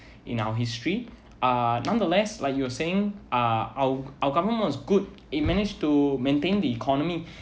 in our history uh nonetheless like you were saying uh our our government was good it managed to maintain the economy